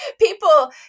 people